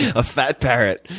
a fat parrot.